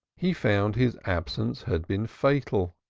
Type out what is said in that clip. he found his absence had been fatal.